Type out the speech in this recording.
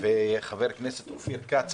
חבר הכנסת סעדי, בקשה.